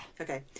Okay